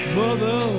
mother